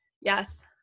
Yes